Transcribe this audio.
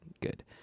good